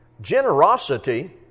Generosity